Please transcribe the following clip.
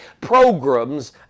programs